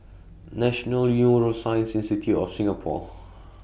National Neuroscience Institute of Singapore